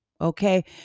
Okay